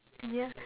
yeah